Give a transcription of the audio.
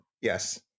yes